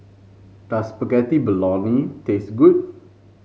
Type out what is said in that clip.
does Spaghetti Bolognese taste good